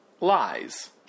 lies